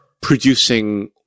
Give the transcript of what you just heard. producing